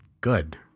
Good